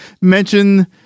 mention